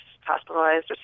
hospitalized